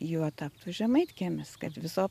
juo taptų žemaitkiemis kad viso